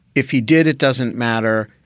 if he did, it doesn't matter.